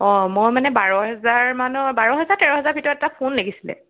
অ' মই মানে বাৰ হাজাৰ মানৰ বাৰ হাজাৰ তেৰ হাজাৰ ভিতৰত ফোন লাগিছিলে